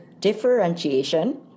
Differentiation